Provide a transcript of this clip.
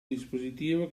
dispositivo